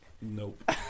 nope